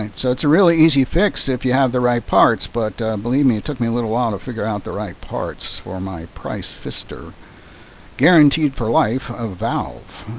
so it's a really easy fix if you have the right parts. but believe me, it took me a little while to figure out the right parts for my price pfister guaranteed for life of valve.